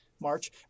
March